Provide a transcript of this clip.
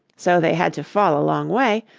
so they had to fall a long way.